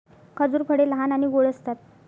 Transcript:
खजूर फळे लहान आणि गोड असतात